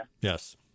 Yes